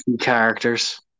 Characters